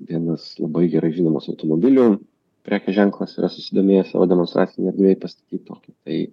vienas labai gerai žinomas automobilių prekės ženklas yra susidomėjęs savo demonstracinėj erdvėj pastatyti tokį tai